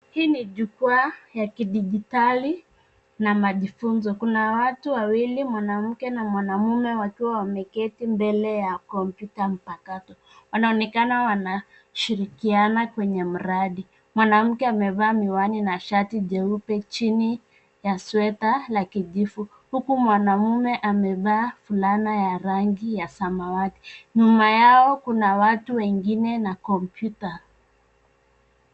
Hii ni jukwaa ya kidijitali, na majifuzo. Kuna watu wawili mwanamke na mwanamume wakiwa wameketi mbele ya kompyuta mpakato. Wanaonekana wanashirikiana kwenye mradi. Mwanamke amevaa miwani na shati jeupe chini ya sweta la kijifu, huku mwanamume amevaa fulana ya rangi ya samawati. Nyuma yao kuna watu wengine na kompyuta.